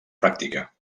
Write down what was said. pràctica